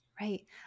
Right